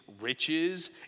riches